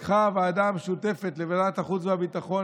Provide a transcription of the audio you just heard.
פיקחה הוועדה המשותפת לוועדת החוץ והביטחון